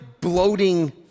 bloating